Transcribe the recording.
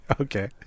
Okay